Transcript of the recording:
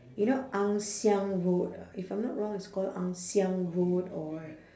you know ann siang road ah if I'm not wrong it's called ann siang road or